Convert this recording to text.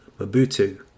Mobutu